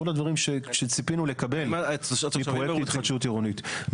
כל הדברים שציפינו לקבל מפרויקט התחדשות עירונית.